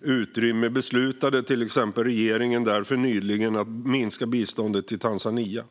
utrymme beslutade regeringen exempelvis nyligen att minska biståndet till Tanzania.